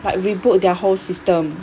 like reboot their whole system